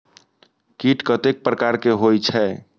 कीट कतेक प्रकार के होई छै?